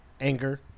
anger